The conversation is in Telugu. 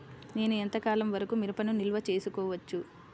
నేను ఎంత కాలం వరకు మిరపను నిల్వ చేసుకోవచ్చు?